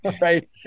right